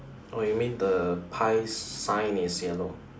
oh you mean the pie sign is yellow